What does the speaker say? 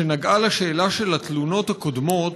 שנגעה בשאלה של התלונות הקודמות,